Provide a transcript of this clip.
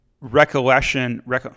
recollection